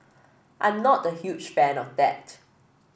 I'm not the huge fan of that